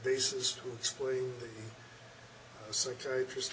basis to explain the psychiatrist